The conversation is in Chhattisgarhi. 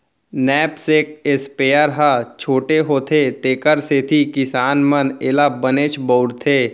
नैपसेक स्पेयर ह छोटे होथे तेकर सेती किसान मन एला बनेच बउरथे